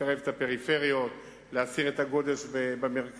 לקרב את הפריפריה, להסיר את הגודש במרכז.